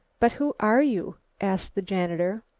but who are you? asked the janitor.